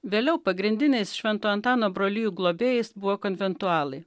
vėliau pagrindiniais švento antano brolijų globėjais buvo konventualai